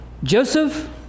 Joseph